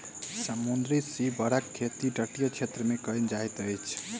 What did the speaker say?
समुद्री सीवरक खेती तटीय क्षेत्र मे कयल जाइत अछि